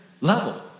level